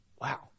wow